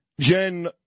Jen